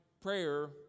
prayer